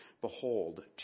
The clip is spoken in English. behold